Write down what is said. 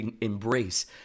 embrace